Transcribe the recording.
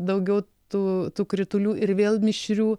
daugiau tų tų kritulių ir vėl mišrių